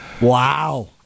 Wow